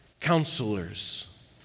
counselors